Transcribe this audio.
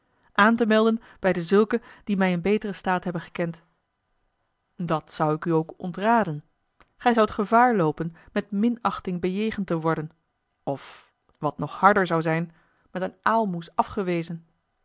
aan te melden bij dezulken die mij in beteren staat hebben gekend dat zou ik u ook ontraden gij zoudt gevaar loopen met minachting bejegend te worden of wat nog harder zou zijn met een aalmoes afgewezen